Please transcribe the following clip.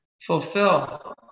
fulfill